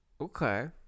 Okay